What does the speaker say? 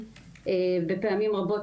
קשיים שבהם מתמקדים בני הגיל השלישי - כפי שאמרתי,